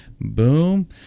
Boom